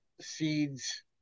Seeds